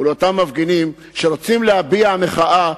ולאותם מפגינים שרוצים להביע מחאה,